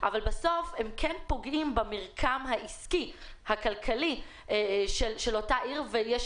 אבל בסוף הם כן פוגעים במרקם העסקי והכלכלי של אותה עיר ויש